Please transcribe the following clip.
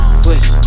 switch